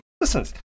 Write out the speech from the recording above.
listen